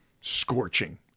scorching